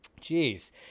Jeez